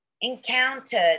Encountered